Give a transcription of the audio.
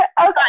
Okay